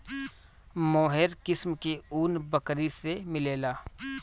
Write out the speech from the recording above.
मोहेर किस्म के ऊन बकरी से मिलेला